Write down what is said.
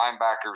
linebackers